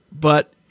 but-